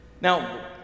now